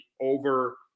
over